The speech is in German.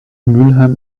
mülheim